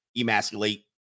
emasculate